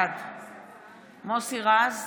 בעד מוסי רז,